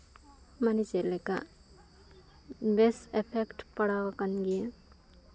ᱢᱟᱱᱮ ᱪᱮᱫ ᱞᱮᱠᱟ ᱵᱮᱥ ᱤᱯᱷᱮᱠᱴ ᱯᱟᱲᱟᱣ ᱟᱠᱟᱱ ᱜᱮᱭᱟ